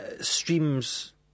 streams